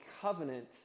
covenant